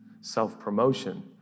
self-promotion